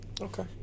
Okay